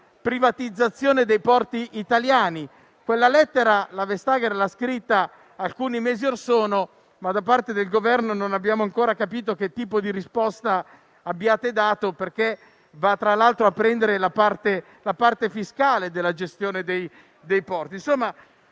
lettera la Vestager l'ha scritta alcuni mesi orsono, ma da parte del Governo non abbiamo ancora capito che tipo di risposta abbiate dato, perché tra l'altro va ad incidere sulla parte fiscale della gestione dei porti.